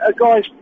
guy's